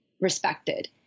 respected